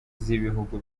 z’ibihugu